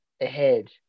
ahead